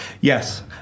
yes